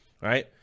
Right